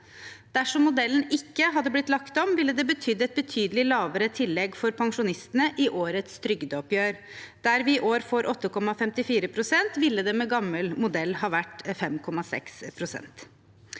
Dersom modellen ikke hadde blitt lagt om, ville det betydd et betydelig lavere tillegg for pensjonistene i årets trygdeoppgjør. Der vi i år får 8,54 pst., ville det med gammel modell ha vært 5,6 pst.